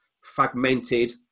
fragmented